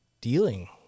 dealing